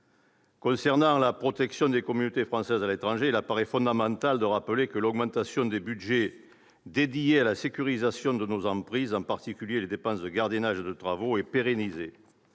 Concernant la protection des communautés françaises à l'étranger, il apparaît fondamental de rappeler que l'augmentation des budgets alloués à la sécurisation de nos emprises, en particulier les dépenses de gardiennage et de travaux, est pérennisée